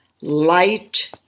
Light